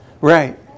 Right